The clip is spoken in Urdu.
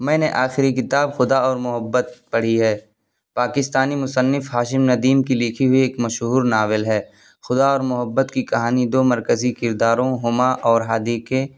میں نے آخری کتاب خدا اور محبت پڑھی ہے پاکستانی مصنف ہاشم ندیم کی لکھی ہوئی ایک مشہور ناول ہے خدا اور محبت کی کہانی دو مرکزی کرداروں ہما اور ہادی کے